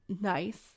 nice